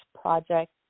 project